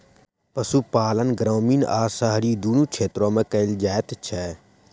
पशुपालन ग्रामीण आ शहरी दुनू क्षेत्र मे कयल जाइत छै